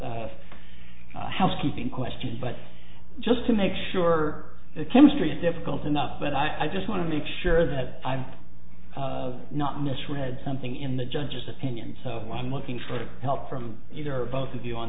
of housekeeping question but just to make sure the chemistry is difficult enough but i just want to make sure that i'm not misread something in the judge's opinion so i'm looking for help from either or both of you on